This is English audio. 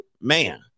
man